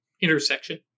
intersection